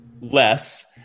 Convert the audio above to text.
less